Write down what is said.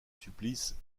supplice